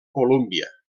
columbia